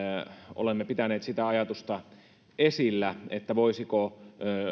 olemme pitäneet esillä sitä ajatusta voisiko